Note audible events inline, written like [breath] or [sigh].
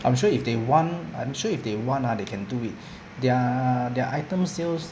I'm sure if they want I'm sure if they want ah they can do it [breath] their their item sales